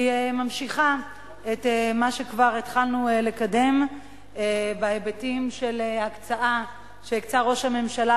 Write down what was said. היא ממשיכה את מה שכבר התחלנו לקדם בהיבטים של הקצאה שהקצה ראש הממשלה,